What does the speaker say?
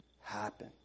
happen